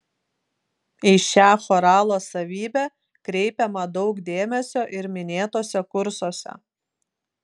į šią choralo savybę kreipiama daug dėmesio ir minėtuose kursuose